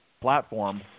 platform